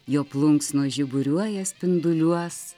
jo plunksnos žiburiuoja spinduliuos